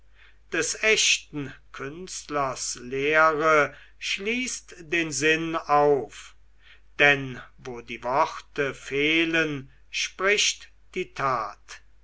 des echten künstlers lehre schließt den sinn auf denn wo die worte fehlen spricht die tat